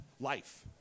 life